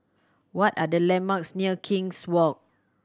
what are the landmarks near King's Walk